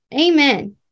Amen